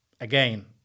again